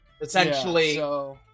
Essentially